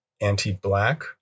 anti-black